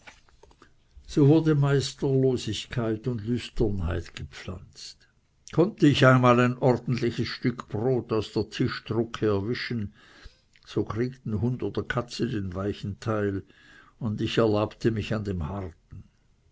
so wurde meisterlosigkeit und lüsternheit gepflanzt konnte ich einmal ein ordentliches stück brot aus der tischtrucke erwischen so kriegten hund oder katze den weichen teil und ich erlabete mich an dem harten